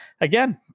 again